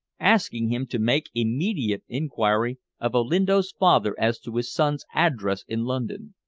asking him to make immediate inquiry of olinto's father as to his son's address in london.